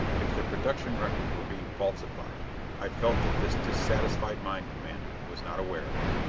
if the production record were being falsified i felt that this dissatisfied mine commander was not aware of it.